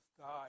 God